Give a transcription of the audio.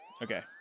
Okay